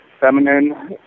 feminine